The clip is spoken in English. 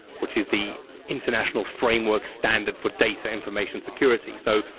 which is the international framework standard for data information security. so,